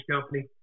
Company